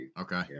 Okay